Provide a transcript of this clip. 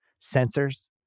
sensors